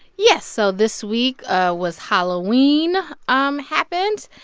yes. so this week was halloween um happened.